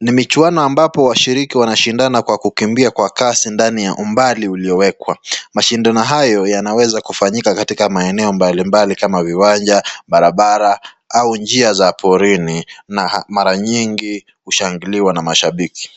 Ni michuano ambapo washiriki wanashindana kwa kukimbia kwa kasi ndani ya umbali uliowekwa. Mashindano hayo yanaweza kufanyika katika maeneo mbalimbali kama viwanja, barabara au njia za porini na mara nyingi hushangiliwa na mashabiki.